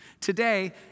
Today